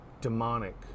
demonic